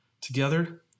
together